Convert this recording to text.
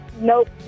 Nope